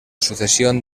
sucesión